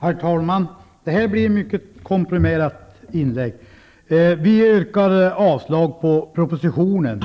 Herr talman! Det här blir ett mycket komprimerat inlägg. Vi yrkar avslag på propositionen.